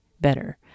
better